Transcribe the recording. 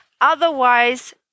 otherwise